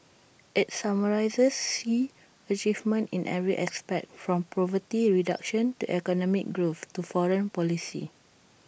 IT summarises Xi's achievements in every aspect from poverty reduction to economic growth to foreign policy